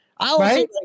Right